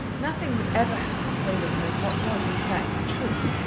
nothing would ever have persuaded her of what was, in fact, the truth,